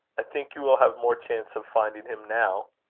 i think you will have more chance of finding him now.